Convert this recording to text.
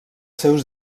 seus